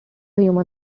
human